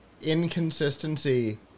inconsistency